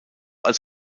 als